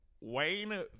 Wayne